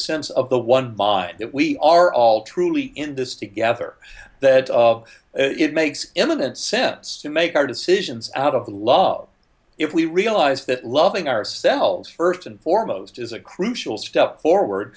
sense of the one mind that we are all truly in this together that it makes eminent sense to make our decisions out of the law if we realize that loving ourselves first and foremost is a crucial step forward